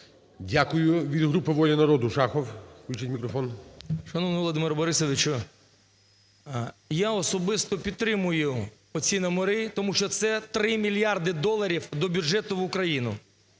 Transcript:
Дякую. Від групи "Воля народу"Шахов. Включіть мікрофон. 10:21:13 ШАХОВ С.В. Шановний Володимир Борисович, я особисто підтримую оці номери, тому що це 3 мільярди доларів до бюджету в Україну.